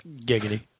Giggity